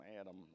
Adam